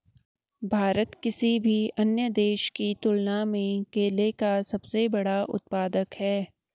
भारत किसी भी अन्य देश की तुलना में केले का सबसे बड़ा उत्पादक है